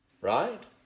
Right